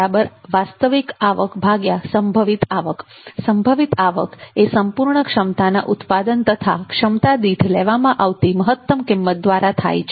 યીલ્ડઉપજ વાસ્તવિક આવક સંભવિત આવક સંભવિત આવક એ સંપૂર્ણ ક્ષમતાના ઉત્પાદન તથા ક્ષમતા દીઠ લેવામાં આવતી મહત્તમ કિંમત દ્વારા થાય છે